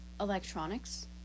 electronics